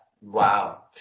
Wow